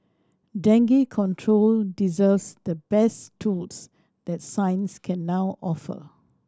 dengue control deserves the best tools that science can now offer